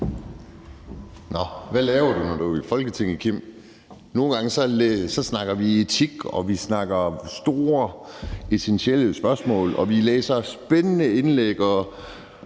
Hvad laver du, når du er i Folketinget, Kim? Nogle gange snakker vi etik, og vi snakker store, essentielle spørgsmål, og vi læser spændende indlæg, og